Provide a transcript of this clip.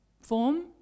form